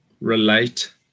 relate